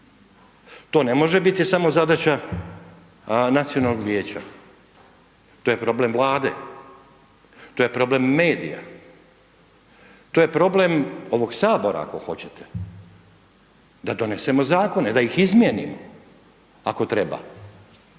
to ne može biti samo zadaća nacionalnog vijeća, to je problem Vlade, to je problem medija, to je problem ovog Sabora ako hoćete da donesemo zakone, da ih izmijenimo ako treba.